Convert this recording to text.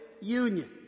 union